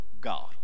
God